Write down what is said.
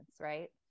right